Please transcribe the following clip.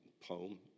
poem